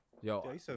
Yo